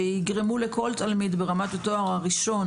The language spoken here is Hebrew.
שיגרמו לכל תלמיד ברמת התואר הראשון